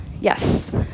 Yes